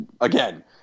again